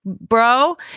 bro